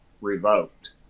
revoked